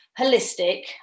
holistic